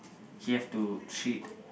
he have to treat